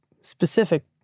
specific